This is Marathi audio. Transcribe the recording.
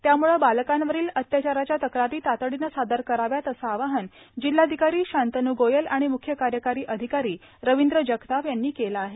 त्यामुळे बालकांवरील अत्याचाराच्या तक्रारी तातडीने सादर कराव्यात असे आवाहन जिल्हाधिकारी शातंनू गोयल आणि मुख्य कार्यकारी अधिकारी रवींद्र जगताप यांनी केले आहे